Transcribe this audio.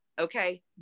Okay